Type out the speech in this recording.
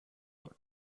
got